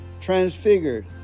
transfigured